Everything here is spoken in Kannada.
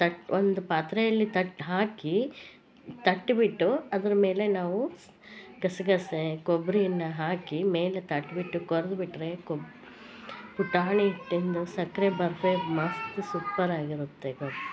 ತಟ್ಟಿ ಒಂದು ಪಾತ್ರೆಯಲ್ಲಿ ತಟ್ಟಿ ಹಾಕಿ ತಟ್ಬಿಟ್ಟು ಅದ್ರ ಮೇಲೆ ನಾವು ಗಸಗಸೆ ಕ್ರೊಬ್ಬರಿನ ಹಾಕಿ ಮೇಲೆ ತಟ್ಬಿಟ್ಟು ಕೊರ್ದ್ ಬಿಟ್ಟರೆ ಕೊಬ್ ಪುಟಾಣಿ ಹಿಟ್ಟಿಂದು ಸಕ್ಕರೆ ಬರ್ಫಿ ಮಸ್ತ್ ಸುಪರ್ ಆಗಿರುತ್ತೆ ಬರ್ಫಿ